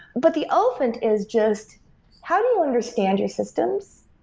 but the elephant is just how do you understand your systems?